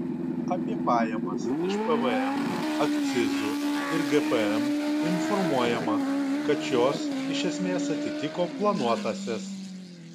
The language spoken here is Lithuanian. apie pajamas iš pvm akcizų ir gpm informuojama kad šios iš esmės atitiko planuotąsias